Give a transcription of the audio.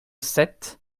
sept